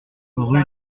rue